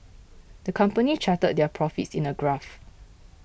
the company charted their profits in a graph